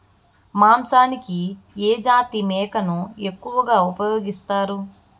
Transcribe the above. మాంసానికి ఏ జాతి మేకను ఎక్కువగా ఉపయోగిస్తారు?